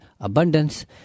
abundance